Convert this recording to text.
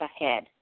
ahead